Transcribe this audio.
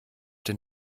den